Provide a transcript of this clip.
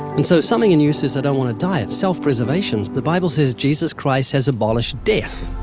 and so, something in you says, i don't want to die. it's self-preservation. the bible says jesus christ has abolished death.